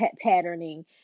patterning